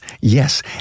Yes